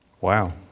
Wow